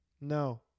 no